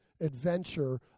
adventure